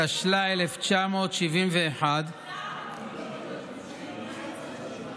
התשל"א 1971, אלעזר,